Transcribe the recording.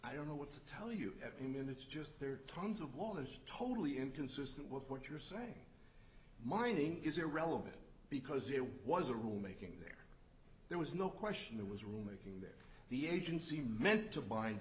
i don't know what to tell you i mean it's just there are tons of was totally inconsistent with what you're saying mining is irrelevant because it was a rule making there there was no question there was room making that the agency meant to bind